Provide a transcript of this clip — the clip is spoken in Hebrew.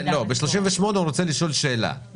בסעיף 38 הוא רוצה לשאול שאלה ולומר: